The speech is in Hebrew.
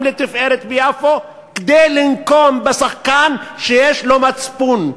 לתפארת ביפו כדי לנקום בשחקן שיש לו מצפון.